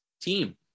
team